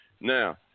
now